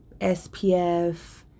SPF